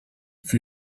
für